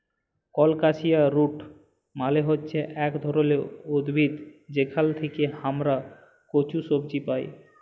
colocasia root মালে হচ্যে ইক ধরলের উদ্ভিদ যেখাল থেক্যে হামরা কচু সবজি পাই